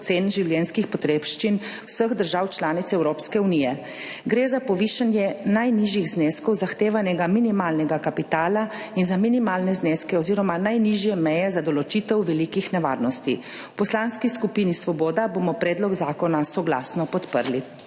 cen življenjskih potrebščin vseh držav članic Evropske unije. Gre za povišanje najnižjih zneskov zahtevanega minimalnega kapitala in za minimalne zneske oziroma najnižje meje za določitev velikih nevarnosti. V Poslanski skupini Svoboda bomo predlog zakona soglasno podprli.